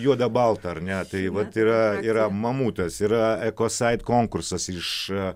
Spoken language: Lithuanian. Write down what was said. juoda balta ar ne tai vat yra yra mamutas yra ko sait konkursas iš